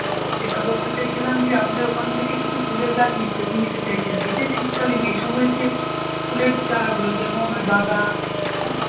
তো যেটা বলতে চাইছিলাম যে আপনার ওখান থেকে কিছু ফুলের গাছ নিতে নিতে চাইছি আর কি যে শীতকালীন এই সময় যে ফুলের চারাগুলো যেরকম আপনার গাঁদা হ্যাঁ